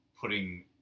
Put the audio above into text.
putting